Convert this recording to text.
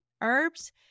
herbs